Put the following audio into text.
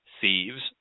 thieves